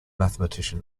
mathematician